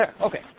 Okay